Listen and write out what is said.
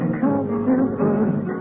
comfortable